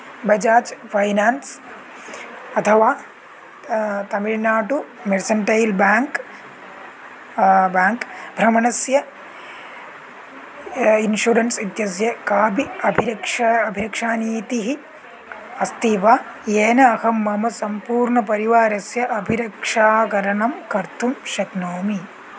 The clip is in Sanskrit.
बजाज् फ़ैनान्स् अथवा तमिळ्नाडु मर्सेण्टैल् बेङ्क् बेङ्क् भ्रमणस्य इन्शुरेन्स् इत्यस्य कापि अभिरक्षा अभिरक्षानीतिः अस्ति वा येन अहं मम सम्पूर्णपरिवारस्य अभिरक्षाकरणं कर्तुं शक्नोमि